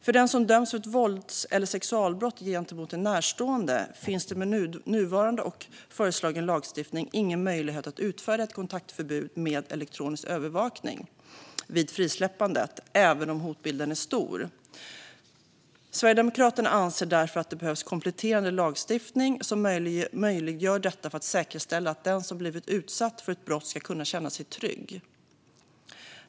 För den som dömts för ett vålds eller sexualbrott gentemot en närstående finns det med nuvarande och föreslagen lagstiftning ingen möjlighet att utfärda ett kontaktförbud med elektronisk övervakning vid frisläppandet, även om hotbilden är stor. Sverigedemokraterna anser därför att det behövs kompletterande lagstiftning som möjliggör detta för att säkerställa att den som blivit utsatt för ett brott ska kunna känna sig trygg.